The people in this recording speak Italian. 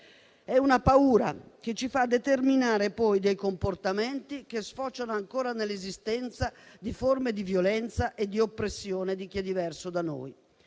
È una paura che ci fa determinare poi dei comportamenti che sfociano ancora nell'esistenza di forme di violenza e di oppressione nei confronti di chi è diverso da noi.